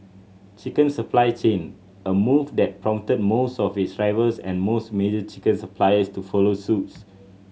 chicken supply chain a move that prompted most of its rivals and most major chicken suppliers to follow suits